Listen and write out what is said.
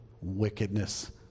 wickedness